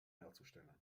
herzustellen